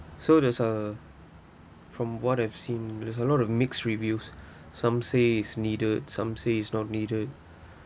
so there's a from what I've seen there's a lot of mixed reviews some say is needed some say is not needed